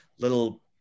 little